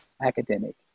academic